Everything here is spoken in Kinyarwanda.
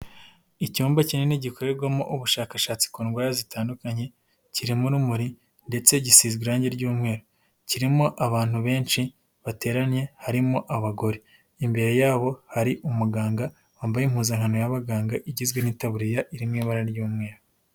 Icyumba kinini gikorerwamo ubushakashatsi ku ndwara zitandukanye kirimo urumuri ndetse gisize irangi ry'umweru, kirimo abantu benshi bateranye harimo abagore, imbere yabo hari umuganga wambaye impuzankano y'abaganga igizwe n'itaburiya irimo ibara ry'umweru.